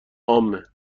عامه